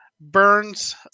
Burns